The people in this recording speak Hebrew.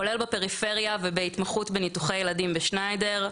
כולל בפריפריה ובהתמחות בניתוחי ילדים בשניידר.